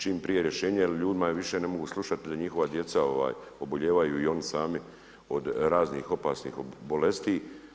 Čim prije rješenje jer ljudima je više, ne mogu slušati da njihova djeca obolijevaju i oni sami od raznih opasnih bolesti.